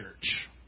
church